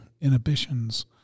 inhibitions